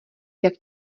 jak